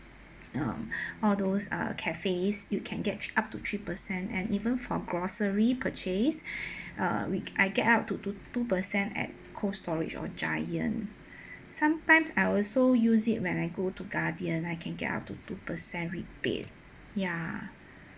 um all those uh cafes you can get up to three percent and even for grocery purchase uh week I get up to two two percent at Cold Storage or Giant sometimes I also use it when I go to Guardian I can get up to two percent rebate ya